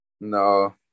No